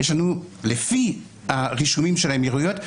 לפי הרישומים של האמירויות,